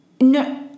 No